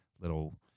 little